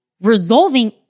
resolving